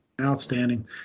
outstanding